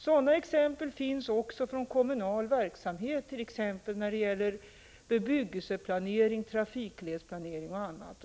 Sådana exempel finns också från kommunal verksamhet, t.ex. när det gäller bebyggelseplanering och trafikledsplanering.